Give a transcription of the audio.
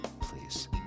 please